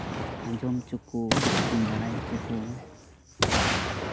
ᱟᱸᱡᱚᱢ ᱚᱪᱚ ᱠᱚ ᱥᱮ ᱵᱚᱱ ᱵᱟᱲᱟᱭ ᱚᱪᱚ ᱠᱚ